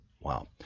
Wow